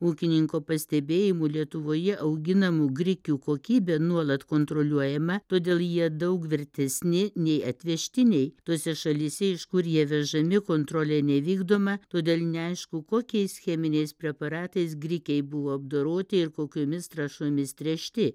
ūkininko pastebėjimu lietuvoje auginamų grikių kokybė nuolat kontroliuojama todėl jie daug tvirtesni nei atvežtiniai tose šalyse iš kur jie vežami kontrolė nevykdoma todėl neaišku kokiais cheminiais preparatais grikiai buvo apdoroti ir kokiomis trąšomis tręšti